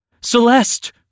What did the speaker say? Celeste